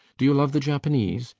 do you love the japanese?